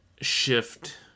shift